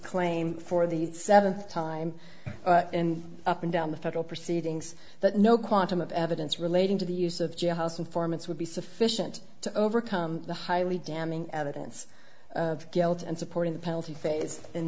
claim for the seventh time and up and down the federal proceedings that no quantum of evidence relating to the use of jailhouse informants would be sufficient to overcome the highly damning evidence of guilt and supporting the penalty phase in